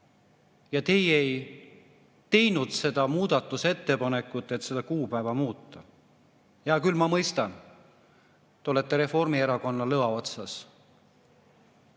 Aga teie ei teinud seda muudatusettepanekut, et seda kuupäeva muuta. Hea küll, ma mõistan, te olete Reformierakonna lõa otsas.